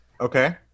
okay